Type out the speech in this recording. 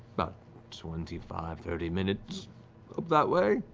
about twenty five, thirty minutes up that way.